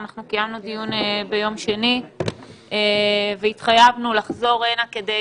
קיימנו דיון ביום שני והתחייבנו לחזור הנה כדי